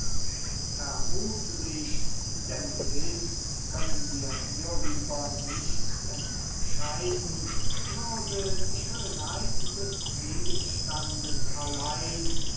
vermutlich denn gewiß können wir hierüber nichts entscheiden würde die schönheit des gegenstands allein